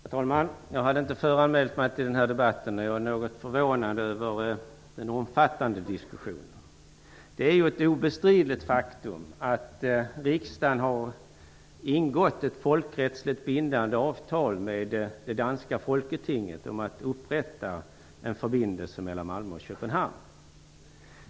Herr talman! Jag hade inte förhandsanmält mig till denna debatt, och jag är något förvånad över den omfattande diskussionen. Det är ett obestridligt faktum att riksdagen har ingått ett folkrättsligt bindande avtal med det danska folketinget om att upprätta en förbindelse mellan Malmö och Köpenhamn.